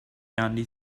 candy